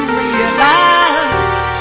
realize